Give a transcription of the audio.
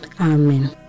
Amen